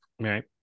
Right